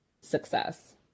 success